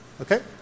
Okay